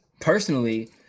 personally